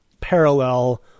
parallel